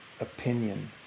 opinion